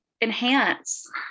enhance